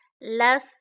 Love